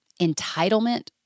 entitlement